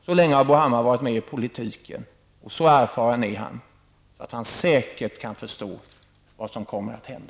Så länge har Bo Hammar varit med i politiken och så erfaren är han att han säkert kan förstå vad som kommer att hända.